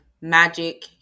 magic